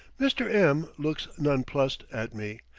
mr. m looks nonplussed at me,